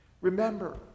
Remember